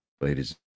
Ladies